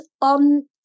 on